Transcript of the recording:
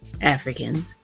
Africans